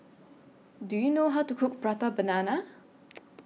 Do YOU know How to Cook Prata Banana